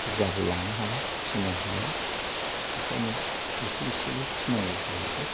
बुरजा बो लानो हाला फिसिनो हाला बेखायनो एसे एसेल' फिसिनांगौ जाहैबाय